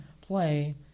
play